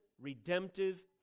redemptive